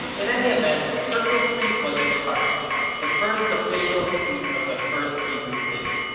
in any event, herzl street was its heart the first official street of the first hebrew city.